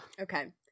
Okay